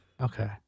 Okay